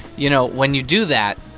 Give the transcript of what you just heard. you know, when you do that,